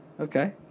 Okay